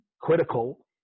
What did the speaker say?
critical